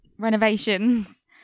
renovations